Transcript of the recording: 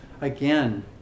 again